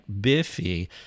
Biffy